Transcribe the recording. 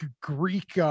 Greek